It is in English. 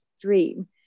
dream